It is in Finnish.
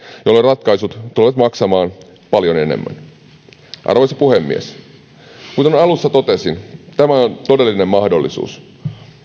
jolloin ratkaisut tulevat maksamaan paljon enemmän arvoisa puhemies kuten alussa totesin tämä on todellinen mahdollisuus